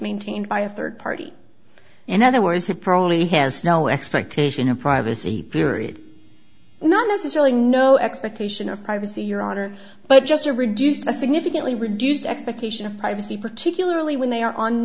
maintained by a third party in other words who probably has no expectation of privacy period not necessarily no expectation of privacy your honor but just a reduced a significantly reduced expectation of privacy particularly when they are on